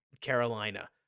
Carolina